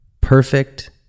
perfect